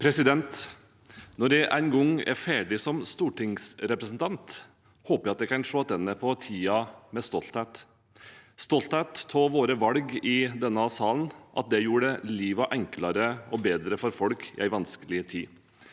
Når jeg en gang er fer- dig som stortingsrepresentant, håper jeg at jeg kan se tilbake på den tiden med stolthet – stolthet over våre valg i denne salen, at de gjorde livet enklere og bedre for folk i en vanskelig tid.